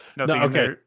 Okay